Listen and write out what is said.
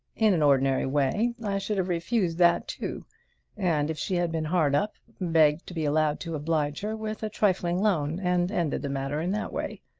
in an ordinary way i should have refused that, too and, if she had been hard up, begged to be allowed to oblige her with a trifling loan and ended the matter in that way.